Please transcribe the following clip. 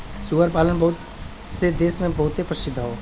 सूअर पालन बहुत से देस मे बहुते प्रसिद्ध हौ